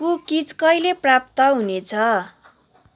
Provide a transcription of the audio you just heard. cookies कहिले प्राप्त हुनेछ